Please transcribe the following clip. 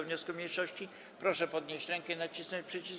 wniosku mniejszości, proszę podnieść rękę i nacisnąć przycisk.